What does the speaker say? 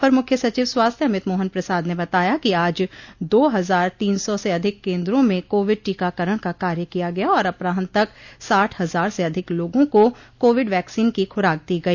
अपर मुख्य सचिव स्वास्थ्य अमित मोहन प्रसाद ने बताया कि आज दो हजार तीन सौ से अधिक केन्द्रों में कोविड टीकाकरण का कार्य किया गया और अपरान्ह तक साठ हजार से अधिक लोगों को कोविड वैक्सीन की खुराक दी गई